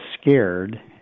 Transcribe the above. scared